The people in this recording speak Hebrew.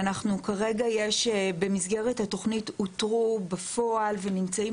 שאנחנו כרגע יש במסגרת התוכנית אותרו בפועל ונמצאים